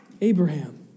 Abraham